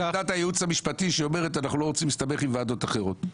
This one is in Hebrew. זו עמדת הייעוץ המשפטי שאומרת: אנחנו לא רוצים להסתבך עם ועדות אחרות.